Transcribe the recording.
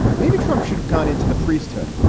maybe trump should have gone into the priesthood.